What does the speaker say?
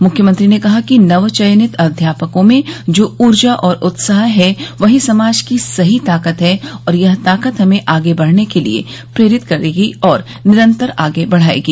मुख्यमंत्री ने कहा कि नवचयनित अध्यापकों में जो ऊर्जा और उत्साह है वहीं समाज की सही ताकत है और यह ताकत हमें आगे बढ़ने के लिए प्रेरित करेगी और निरंतर आगे बढ़ायेगी